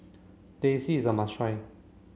Teh C is a must try